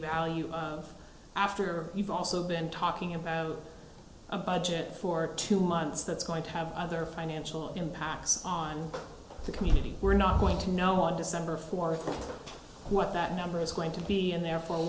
value after you've also been talking about a budget for two months that's going to have other financial impacts on the community we're not going to know what december fourth what that number is going to be and therefore